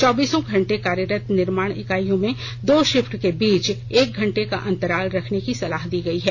चौबीसो घंटे कार्यरत निर्माण इकाइयों में दो शिफ्ट के बीच एक घंटे का अंतराल रखने की सलाह दी गई है